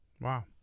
Wow